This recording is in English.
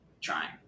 trying